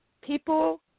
people